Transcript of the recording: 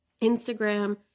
Instagram